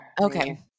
Okay